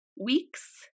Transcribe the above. week's